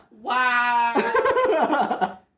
Wow